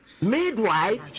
Midwife